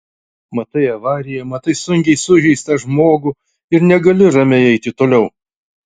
matai avariją matai sunkiai sužeistą žmogų ir negali ramiai eiti toliau